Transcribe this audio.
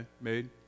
made